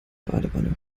badewanne